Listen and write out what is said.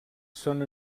són